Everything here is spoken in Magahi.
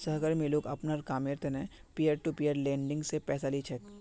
सहकर्मी लोग अपनार कामेर त न पीयर टू पीयर लेंडिंग स पैसा ली छेक